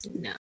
no